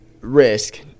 risk